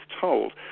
told